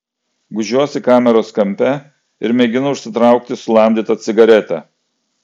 gūžiuosi kameros kampe ir mėginu užsitraukti sulamdytą cigaretę